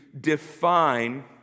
define